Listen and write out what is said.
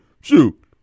Shoot